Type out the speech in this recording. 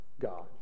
God